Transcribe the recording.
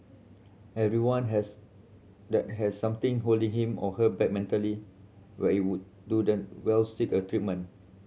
everyone has that has something holding him or her back mentally where it would do them well seek a treatment